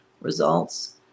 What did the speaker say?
results